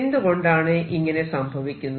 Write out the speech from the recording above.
എന്തുകൊണ്ടാണ് ഇങ്ങനെ സംഭവിക്കുന്നത്